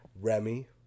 Remy